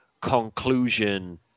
conclusion